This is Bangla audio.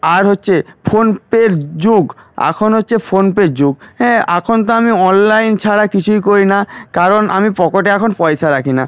আর হচ্ছে ফোনপের যুগ এখনহচ্ছে ফোনপের যুগ হ্যাঁ এখন তো আমি অনলাইন ছাড়া কিছুই করি না কারণ আমি পকেটে এখন পয়সা রাখি না